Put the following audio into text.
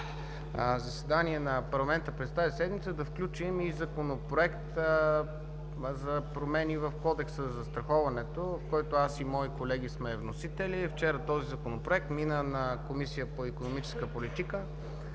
за работа на парламента през тази седмица да включим и Законопроекта за промени в Кодекса за застраховането, на който аз и мои колеги сме вносители. Вчера този Законопроект мина в Комисията по икономическа политика,